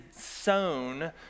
sown